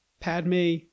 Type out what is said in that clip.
Padme